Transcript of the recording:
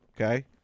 okay